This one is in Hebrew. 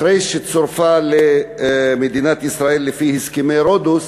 אחרי שצורפה למדינת ישראל לפי הסכמי רודוס,